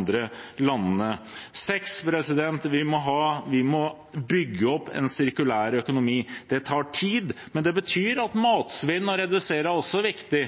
andre landene. Vi må bygge opp en sirkulær økonomi. Det tar tid, men det betyr at det å redusere matsvinn også er viktig.